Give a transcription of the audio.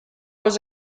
was